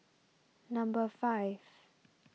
number five